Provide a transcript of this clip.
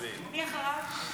מי אחריו?